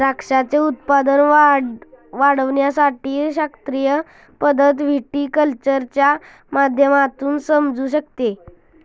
द्राक्षाचे उत्पादन वाढविण्याची शास्त्रीय पद्धत व्हिटीकल्चरच्या माध्यमातून समजू शकते